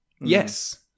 Yes